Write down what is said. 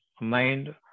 mind